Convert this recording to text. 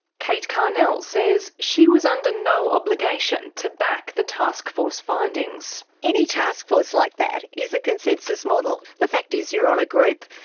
kate carnell says she was under no obligation to back the taskforce findings. any taskforce like that is a consensus model. the fact is you're on a group,